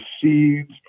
Seeds